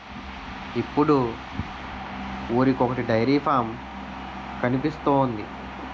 ఇప్పుడు ఊరికొకొటి dairy farm కనిపిస్తోంది